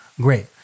Great